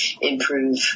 improve